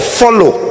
follow